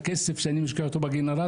את הכסף שאני משקיע בגנרטור,